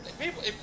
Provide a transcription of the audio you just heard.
people